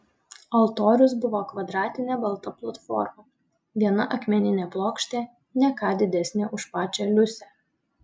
altorius buvo kvadratinė balta platforma viena akmeninė plokštė ne ką didesnė už pačią liusę